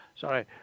Sorry